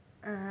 (uh huh)